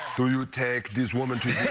do you take this woman to